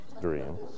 dream